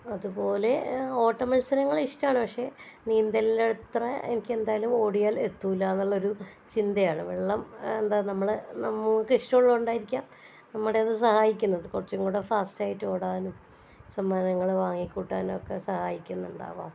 അതുപോലെ ഓട്ടം മത്സരങ്ങൾ ഇഷ്ടമാണ് പക്ഷേ നീന്തലിന്റെ അത്ര എനിക്ക് എന്തായാലും ഓടിയാൽ എത്തില്ലാന്നുള്ളൊരു ചിന്തയാണ് വെള്ളം എന്താ നമ്മളെ നമൂക്ക് ഇഷ്ടമുള്ളത് കൊണ്ടായിരിക്കാം നമ്മുടേത് സഹായിക്കുന്നത് കുറച്ചും കൂടെ ഫാസ്റ്റ് ആയിട്ട് ഓടാനും സമ്മാനങ്ങൾ വാങ്ങിക്കൂട്ടാനും ഒക്കെ സഹായിക്കുന്നുണ്ടാവാം